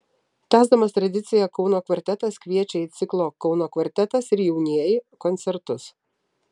tęsdamas tradiciją kauno kvartetas kviečia į ciklo kauno kvartetas ir jaunieji koncertus